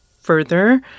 further